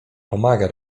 pomaga